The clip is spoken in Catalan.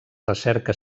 recerca